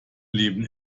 leben